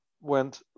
went